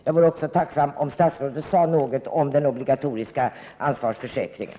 Jag vore också tacksam om statsrådet sade något om den obligatoriska ansvarsförsäkringen.